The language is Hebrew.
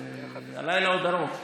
הלילה עוד ארוך.